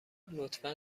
لطفا